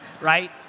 right